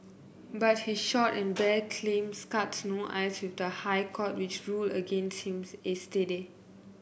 but his short and bare claims cut no ice with the High Court which ruled against him yesterday